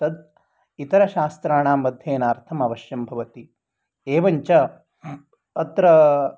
तद् इतरशास्त्राणाम् अध्यनार्थम् अवश्यं भवति एवञ्च अत्र